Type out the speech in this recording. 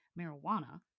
marijuana